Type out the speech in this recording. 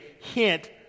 hint